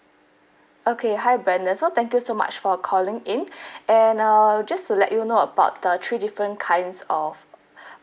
okay hi brenda so thank you so much for calling in and err just to let you know about the three different kinds of